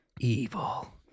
Evil